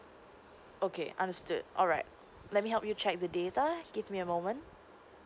okay understood alright let me help you check the data give me a moment